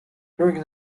during